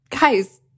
guys